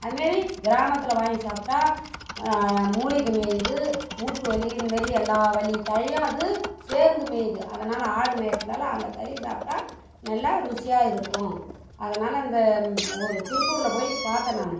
அது மாரி கிராமத்தில் வாங்கி சாப்பிட்டா மூலிகை மேயிது மூட்டு வலி இந்த மாரி எல்லா வலி தைலம் அது சேர்ந்து மேயிது அதனால ஆடு மேய்கிறதுனா அந்த கறி சாப்பிட்டா நல்லா ருசியாக இருக்கும் அதனால இந்த ஒரு திருப்பூரில் போயிட்டு பார்த்தேன் நானு